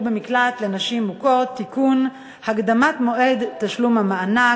במקלט לנשים מוכות) (תיקון) (הקדמת מועד תשלום המענק),